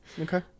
Okay